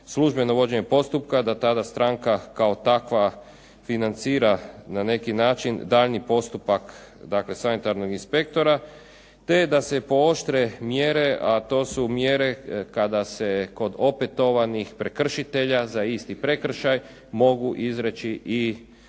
službeno vođenje postupka da tada stranka kao takva financira na neki način daljnji postupak, dakle sanitarnog inspektora, te da se pooštre mjere, a to su mjere kada se kod opetovanih prekršitelja za isti prekršaj mogu izreći i